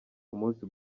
umunsi